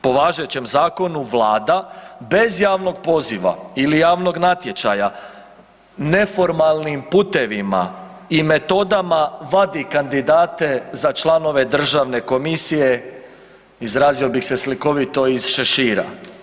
Po važećem zakonu vlada bez javnog poziva ili javnog natječaja neformalnim putevima i metodama vadi kandidate za članove državne komisije, izrazio bih se slikovito, iz šešira.